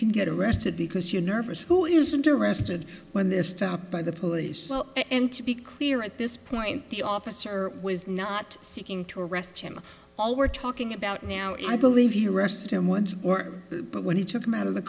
can get arrested because you nervous who isn't arrested when they're stopped by the police and to be clear at this point the officer was not seeking to arrest him all we're talking about now i believe you arrested him once or but when he took him out of the